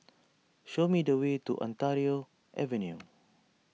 show me the way to Ontario Avenue